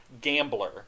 gambler